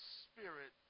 spirit